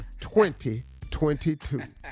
2022